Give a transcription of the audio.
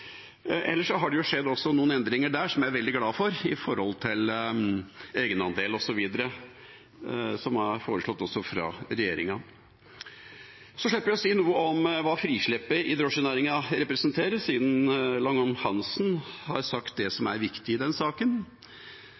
har det også der skjedd noen endringer som jeg er veldig glad for – det gjelder egenandel osv., som er foreslått også fra regjeringa. Så slipper jeg å si noe om hva frisleppet i drosjenæringen representerer, siden representanten Langholm Hansen har sagt det som er viktig i den saken.